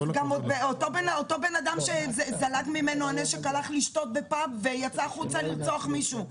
אותו בן אדם שזלג ממנו הנשק הלך לשתות בפאב ויצא החוצה לרצוח מישהו,